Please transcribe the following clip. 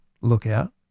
lookout